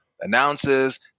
announces